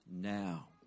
now